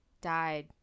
died